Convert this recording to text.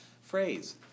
phrase